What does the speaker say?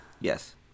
Yes